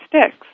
sticks